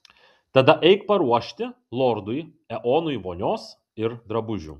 tada eik paruošti lordui eonui vonios ir drabužių